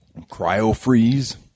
Cryo-freeze